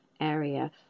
area